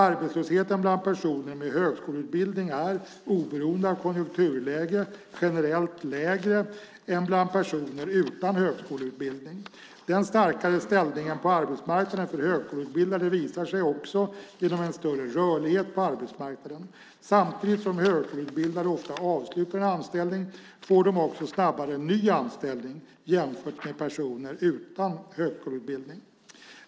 Arbetslösheten bland personer med högskoleutbildning är, oberoende av konjunkturläge, generellt lägre än bland personer utan högskoleutbildning. Den starkare ställningen på arbetsmarknaden för högskoleutbildade visar sig också genom en större rörlighet på arbetsmarknaden. Samtidigt som högskoleutbildade oftare avslutar en anställning, får de också snabbare en ny anställning jämfört med personer utan högskoleutbildning.